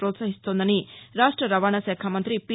ప్రోత్సహిస్తోందని రాష్ట రవాణాశాఖ మంతి పి